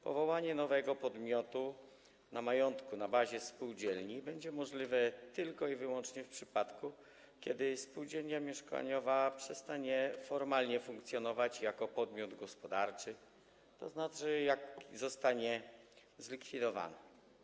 Powołanie nowego podmiotu na majątku, na bazie spółdzielni będzie możliwe tylko i wyłącznie w przypadku, gdy spółdzielnia mieszkaniowa przestanie formalnie funkcjonować jako podmiot gospodarczy, tzn. gdy zostanie zlikwidowana.